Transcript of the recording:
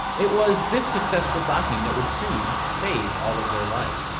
it was this successful docking that would soon save all of their lives.